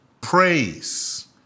Praise